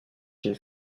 une